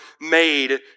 made